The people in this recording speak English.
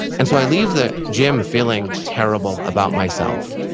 and so i leave the gym feeling terrible about myself.